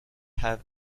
have